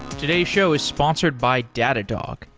today's show is sponsored by datadog,